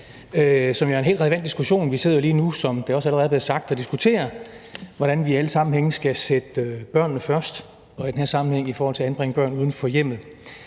Det er en helt relevant diskussion; vi sidder lige nu, som det allerede er blevet sagt, og diskuterer, hvordan vi alle sammen herinde skal sætte børnene først – og i den her sammenhæng i forhold til at anbringe børn uden for hjemmet.